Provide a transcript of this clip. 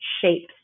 shapes